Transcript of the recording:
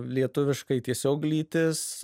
lietuviškai tiesiog lytis